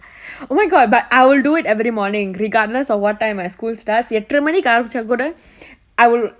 oh my god but I will do it every morning regardless of what time my school starts எட்டரை மணிக்கு ஆரம்பிச்சா கூட:ettarai manikku aarambicha kooda I will